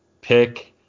pick